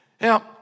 Now